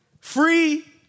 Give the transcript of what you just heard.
Free